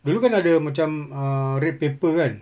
dulu kan ada macam uh red paper kan